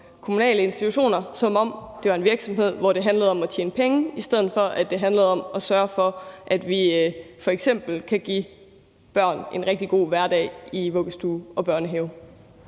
kommunale institutioner, som om det var er virksomhed, hvor det handler om at tjene penge, i stedet for at det handler om at sørge for, at vi f.eks. kan give børn en rigtig god hverdag i vuggestue og børnehave.